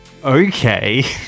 Okay